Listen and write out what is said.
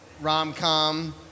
rom-com